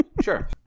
sure